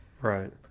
Right